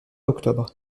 octobre